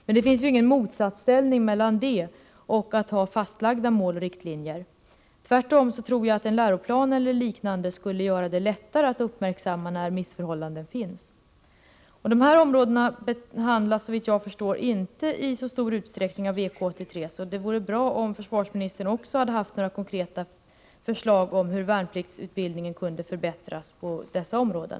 Men detta står inte i motsättning till fastlagda mål och riktlinjer. Tvärtom skulle en läroplan eller något liknande nog göra det lättare att uppmärksamma missförhållanden. Dessa områden behandlas, såvitt jag förstår, inte i så stor utsträckning av VK-83. Det hade därför varit bra om försvarsministern också hade haft några konkreta förslag om hur värnpliktsutbildningen kan förbättras i dessa avseenden.